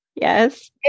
yes